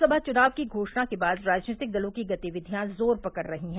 लोकसभा चुनाव की घोषणा के बाद राजनीतिक दलों की गतिविधियां जोर पकड़ रही हैं